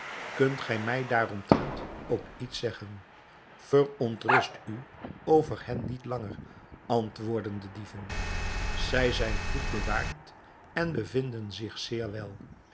kunt gij mij daaromtrent ook iets zeggen verontrust u over hen niet langer antwoordden de dieven zij zijn goed bewaard en bevinden zich zeer wel